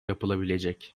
yapılabilecek